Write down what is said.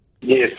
Yes